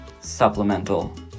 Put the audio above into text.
supplemental